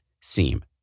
seem